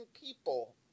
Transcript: people